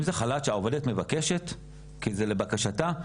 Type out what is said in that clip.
אם ז חל"ת שהעובדת מבקשי כי זה לבקשתה,